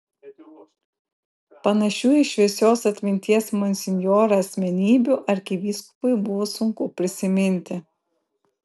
panašių į šviesios atminties monsinjorą asmenybių arkivyskupui buvo sunku prisiminti